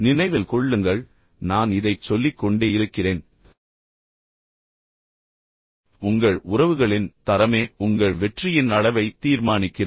நினைவில் கொள்ளுங்கள் நான் இதைச் சொல்லிக் கொண்டே இருக்கிறேன் உங்கள் உறவுகளின் தரமே உங்கள் வெற்றியின் அளவை தீர்மானிக்கிறது